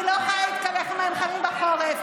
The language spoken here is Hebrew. והיא לא יכולה להתקלח עם מים חמים בחורף,